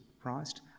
Christ